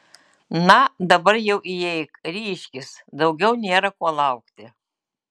na dabar jau įeik ryžkis daugiau nėra ko laukti